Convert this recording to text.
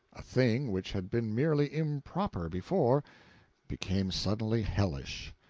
a thing which had been merely improper before became suddenly hellish.